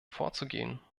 vorzugehen